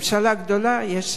הממשלה גדולה, יש